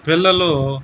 పిల్లలు